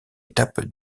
étape